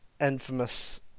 infamous